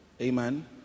Amen